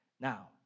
Now